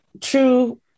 true